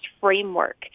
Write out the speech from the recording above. framework